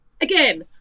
again